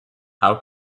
how